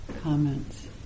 comments